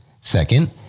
Second